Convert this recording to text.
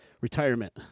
Retirement